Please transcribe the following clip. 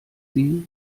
sie